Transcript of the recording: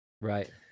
Right